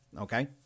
Okay